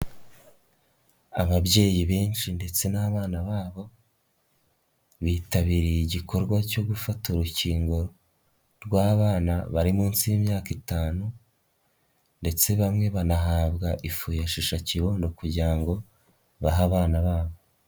Ababyeyi benshi ndetse n'abana babo bitabiriye igikorwa cyo gufata urukingo rw'abana bari munsi y'imyaka itanu, ndetse bamwe banahabwa ifu ya shishakibondo kugira ngo bahe abana babo.